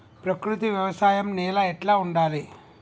ప్రకృతి వ్యవసాయం నేల ఎట్లా ఉండాలి?